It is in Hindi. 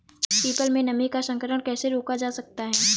पीपल में नीम का संकरण कैसे रोका जा सकता है?